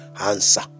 answer